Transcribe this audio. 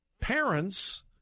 Parents